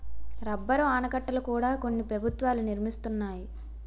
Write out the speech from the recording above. rubber ఆనకట్టల కూడా కొన్ని ప్రభుత్వాలు నిర్మిస్తున్నాయి